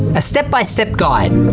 a step-by-step guide,